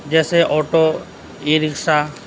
جیسے auto e رکشا